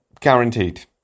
guaranteed